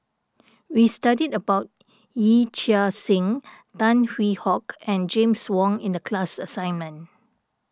we studied about Yee Chia Hsing Tan Hwee Hock and James Wong in the class assignment